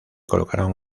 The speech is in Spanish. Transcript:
colocaron